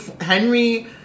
Henry